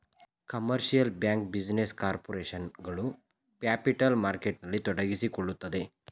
commercial bank, business corporation ಗಳು capital ಮಾರ್ಕೆಟ್ನಲ್ಲಿ ತೊಡಗಿಸಿಕೊಳ್ಳುತ್ತದೆ